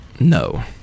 No